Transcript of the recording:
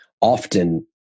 often